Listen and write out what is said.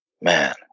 Man